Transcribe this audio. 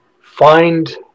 find